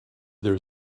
there